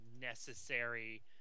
necessary